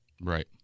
Right